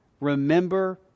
Remember